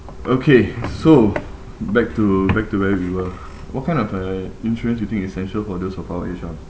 okay so back to back to where we were what kind of uh insurance you think essential for those of our age ah